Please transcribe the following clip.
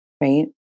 right